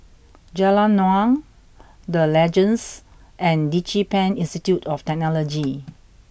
Jalan Naung The Legends and DigiPen Institute of Technology